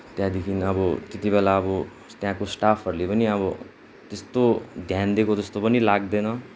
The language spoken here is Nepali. त्यहाँदेखि अब त्यतिबेला अब त्यहाँको स्टाफहरूले पनि अब त्यस्तो ध्यान दिएको जस्तो पनि लाग्दैन